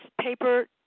paper